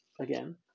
again